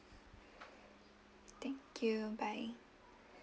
thank you bye